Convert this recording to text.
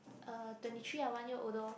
uh twenty three I'm one year older lor